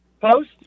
post